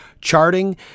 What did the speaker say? charting